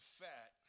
fat